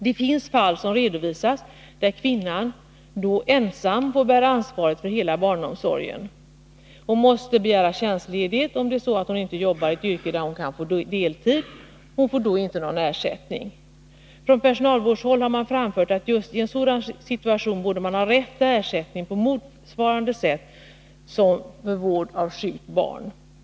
Det finns fall som redovisats där kvinnan ensam får bära ansvaret för hela - barnomsorgen. Hon måste begära tjänstledighet, om hon inte jobbar i ett yrke där hon kan få deltid. Hon får då inte någon ersättning. Från personalvårdshåll har det framförts att man just i en sådan situation borde ha rätt till ersättning på motsvarande sätt som för vård av sjukt barn.